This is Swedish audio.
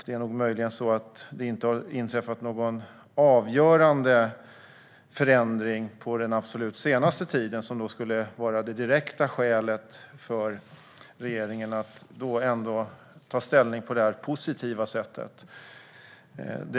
Det är möjligen så att det direkta skälet till att regeringen ändå tar ställning på detta positiva sätt inte är att det har inträffat någon avgörande förändring på den absolut senaste tiden.